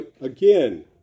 again